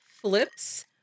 flips